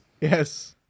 yes